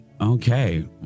Okay